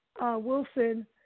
Wilson